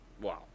Wow